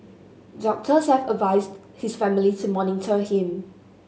doctors have advised his family to monitor him